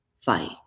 fight